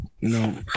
No